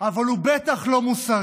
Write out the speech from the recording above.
אבל הוא בטח לא מוסרי.